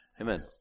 Amen